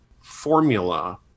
formula